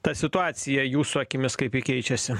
ta situacija jūsų akimis kaip ji keičiasi